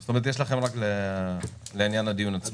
זאת אומרת, יש לכם רק לעניין הדיון עצמו?